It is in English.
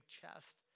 chest